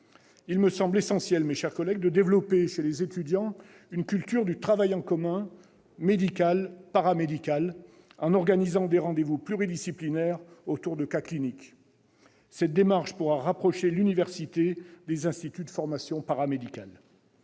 Il me semble essentiel, mes chers collègues, de développer chez les étudiants une culture du travail en commun entre les secteurs médical et paramédical, en organisant des rendez-vous pluridisciplinaires autour de cas cliniques. Cette démarche pourra rapprocher l'université des instituts de formation paramédicale.